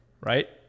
Right